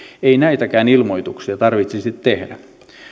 ei näitäkään ilmoituksia tarvitsisi tehdä